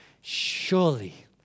surely